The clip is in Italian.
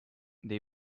dei